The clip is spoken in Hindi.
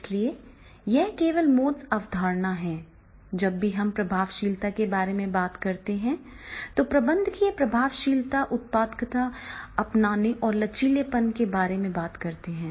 इसलिए यह केवल मोड्ज़ अवधारणा है जब भी हम प्रभावशीलता के बारे में बात करते हैं तो प्रबंधकीय प्रभावशीलता उत्पादकता अपनाने और लचीलेपन के बारे में बात करती है